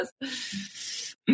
Yes